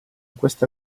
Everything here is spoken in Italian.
questa